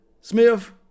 Smith